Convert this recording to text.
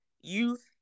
youth